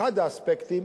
אחד האספקטים,